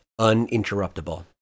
Uninterruptible